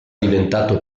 diventato